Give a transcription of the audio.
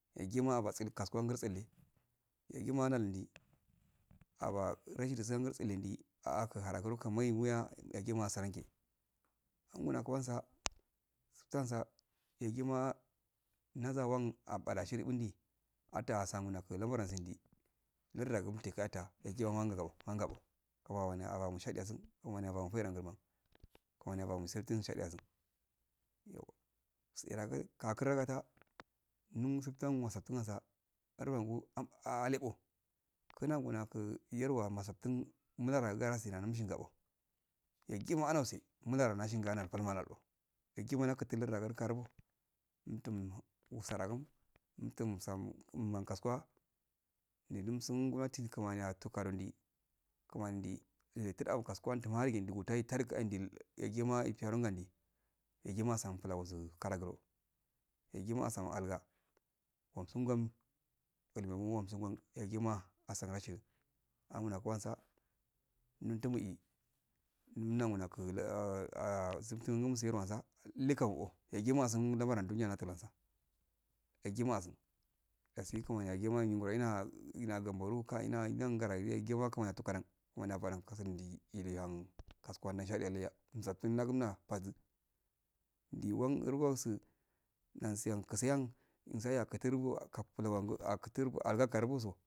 Yagima abatsil kasgansi tselle yagima nandi aba rashidisun gu tsilindi ahaku haraku menwuya yagima asarangi angul nakina suwa tsuffansa yagima nazawan apalshi bundi ata asamu naku lamaradi lariyagib te kanta yagiye wangagabo wangabo kuman awabamo abaimo shadi yasum kumani yabamo feidanguldan kumani yabama saftin shdiyasun iyo tseragu ka karagata nusan usatungasa ardmgu am alego kina gunagu yerwa masaffin mularo garasida ndau shin gabo yagima anause mularo nshigana palma nado yagima naka tulbu agoi tarbo umtum usarago umtu msan umman takuwa negum sum gunati kunan'a fukarondi kumamindi idikida'ro kaskuntuma hadi yagima karungan indi yagina asm flongo su kalaguro yagima asamo alga osumgam julumama usungan yagima asaga rashida angumo kwasu nun tumu iy nu nangunaku suftingun su yerwasa lekau yagima asun lamar a duniya natulan sa, yagima asun dasi kumani yagima nyin ngoro ina ina gamboru ina ngaragi yagima kanami tukadan kunan ya badan kasundi iluhan kaskwadan shadihaiha umsatun nagumna baz ndiwan rgosu nansau kisaihan insaya kuturbo baplowangu arga katuuso